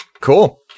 cool